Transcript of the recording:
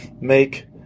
make